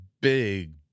big